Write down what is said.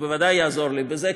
הוא בוודאי יעזור לי בזה,